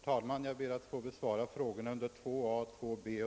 Herr talman!